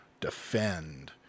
defend